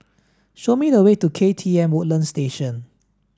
show me the way to K T M Woodlands Station